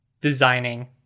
designing